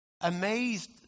amazed